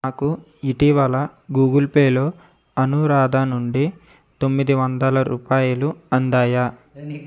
నాకు ఇటీవల గూగుల్ పేలో అనురాధ నుండి తొమ్మిదివందల రూపాయలు అందాయా